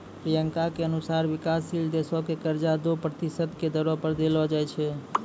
प्रियंका के अनुसार विकाशशील देश क कर्जा दो प्रतिशत के दरो पर देलो जाय छै